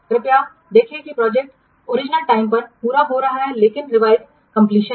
कृपया देखें कि प्रोजेक्ट ओरिजिनल टाइम पर पूरा हो रहा है लेकिन यह रिवाइज कंप्लीशन है